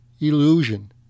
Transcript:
illusion